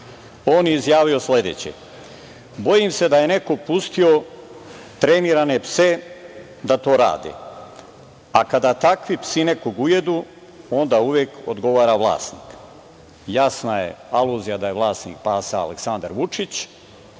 on je izjavio sledeće: „Bojim se da je neko pustio trenirane pse da to rade, a kada takvi psi nekog ujedu, onda uvek odgovara vlasnik“. Jasna je aluzija da je vlasnik pasa Aleksandar Vučić,